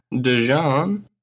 Dijon